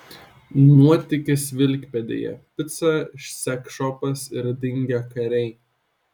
nuotykis vilkpėdėje pica seksšopas ir dingę kariai